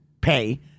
pay